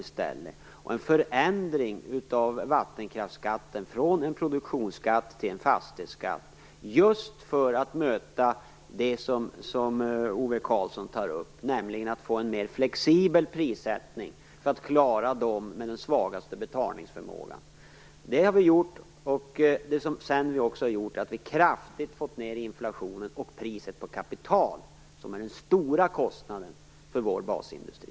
Vi har gjort en förändring av vattenkraftsskatten från en produktionsskatt till en fastighetsskatt, just för att möta det som Ove Karlsson tar upp - nämligen för att få en mera flexibel prissättning i syfte att klara dem som har den svagaste betalningsförmågan. Vidare har vi kraftigt fått ned inflationen liksom priset på kapital, som är den stora kostnaden för vår basindustri.